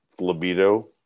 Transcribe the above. libido